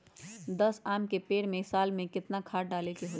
दस आम के पेड़ में साल में केतना खाद्य डाले के होई?